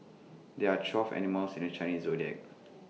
there are twelve animals in the Chinese Zodiac